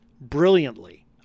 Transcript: brilliantly